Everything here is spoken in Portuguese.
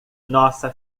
nossa